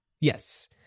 Yes